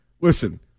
Listen